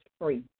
free